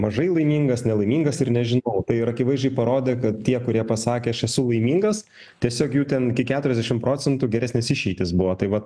mažai laimingas nelaimingas ir nežinau tai ir akivaizdžiai parodė kad tie kurie pasakė aš esu laimingas tiesiog jų ten iki keturiasdešim procentų geresnės išeitys buvo tai vat